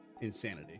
insanity